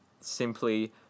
simply